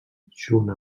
junt